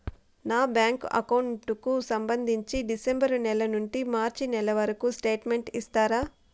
నా bank account కు సంబంధించి డిసెంబరు నెల నుండి మార్చి నెలవరకు స్టేట్మెంట్ ఇస్తారా?